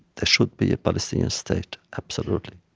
there should be a palestinian state, absolutely,